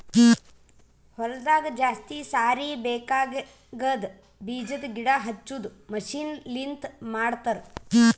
ಹೊಲದಾಗ ಜಾಸ್ತಿ ಸಾರಿ ಬೇಕಾಗದ್ ಬೀಜದ್ ಗಿಡ ಹಚ್ಚದು ಮಷೀನ್ ಲಿಂತ ಮಾಡತರ್